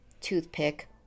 toothpick